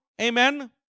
Amen